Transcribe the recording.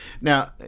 Now